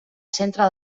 centre